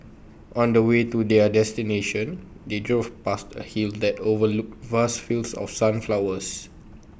on the way to their destination they drove past A hill that overlooked vast fields of sunflowers